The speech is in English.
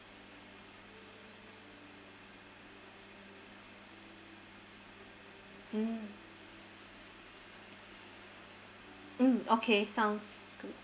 mm mm okay sounds good